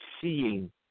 seeing